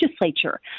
legislature